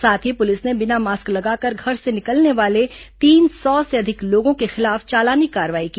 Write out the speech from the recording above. साथ ही पुलिस ने बिना मास्क लगाकर घर से निकलने वाले तीन सौ से अधिक लोगों के खिलाफ चालानी कार्रवाई की